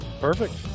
perfect